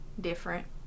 different